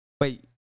Wait